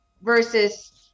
versus